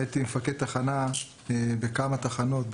הייתי מפקד תחנה בכמה תחנות,